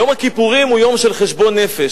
יום הכיפורים הוא יום של חשבון נפש.